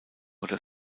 oder